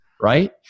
Right